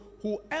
whoever